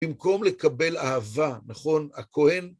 במקום לקבל אהבה, נכון, הכהן...